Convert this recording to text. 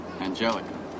Angelica